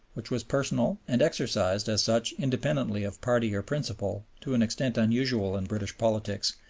which was personal and exercised, as such, independently of party or principle, to an extent unusual in british politics,